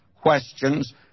questions